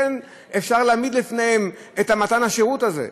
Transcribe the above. כן אפשר להעמיד לפניהם את מתן השירות הזה.